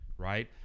Right